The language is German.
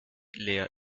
leer